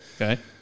okay